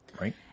Right